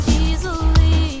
easily